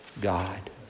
God